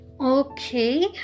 Okay